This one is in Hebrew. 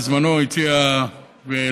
בזמנו הציע והעלה,